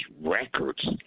records